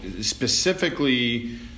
specifically